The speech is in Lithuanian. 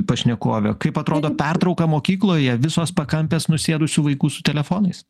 pašnekovė kaip atrodo pertrauka mokykloje visos pakampės nusėdusių vaikų su telefonais